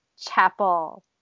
Chapel